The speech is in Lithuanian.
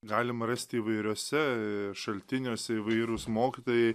galima rasti įvairiuose šaltiniuose įvairūs mokytojai